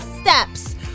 steps